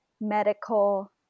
medical